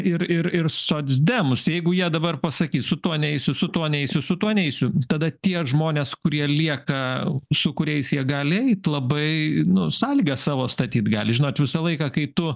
ir ir ir socdemus jeigu jie dabar pasakyti su tuo neisiu su tuo neisiu su tuo neisiu tada tie žmonės kurie lieka su kuriais jie gali eit labai nu sąlygas savo statyt gali žinot visą laiką kai tu